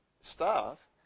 staff